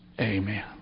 Amen